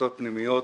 דלתות פנימיות,